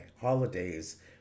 holidays